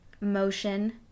motion